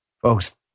Folks